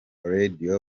radio